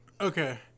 Okay